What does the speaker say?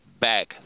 back